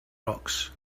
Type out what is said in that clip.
rocks